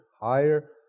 higher